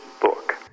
book